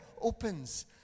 opens